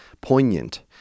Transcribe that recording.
poignant